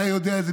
אתה יודע את זה,